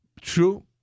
True